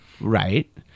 right